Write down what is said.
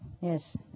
Yes